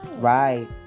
Right